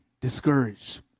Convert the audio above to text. discouraged